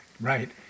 Right